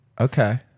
okay